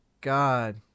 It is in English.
God